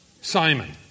Simon